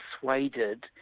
persuaded